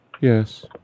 Yes